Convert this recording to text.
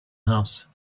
house